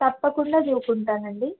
తప్పకుండా దువ్వుకుంటాను అండి